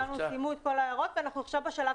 סיימו את כל ההערות ואנחנו עכשיו בשלב